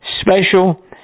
special